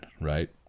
right